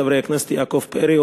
חברי הכנסת יעקב פרי,